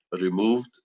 removed